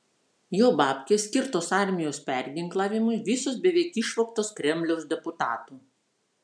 jo babkės skirtos armijos perginklavimui visos beveik išvogtos kremliaus deputatų